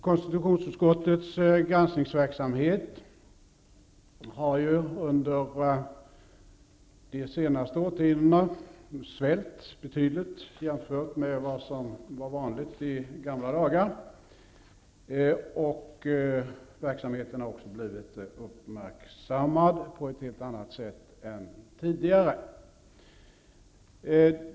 Konstitutionsutskottets granskningsverksamhet har under de senaste årtiondena svällt betydligt jämfört med vad som var vanligt i gamla dagar. Verksamheten har också blivit uppmärksammad på ett helt annat sätt än tidigare.